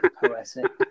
poetic